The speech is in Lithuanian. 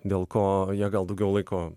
dėl ko jie gal daugiau laiko